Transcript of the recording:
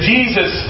Jesus